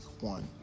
one